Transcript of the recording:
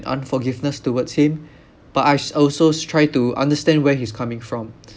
unforgiveness towards him but I also try to understand where he's coming from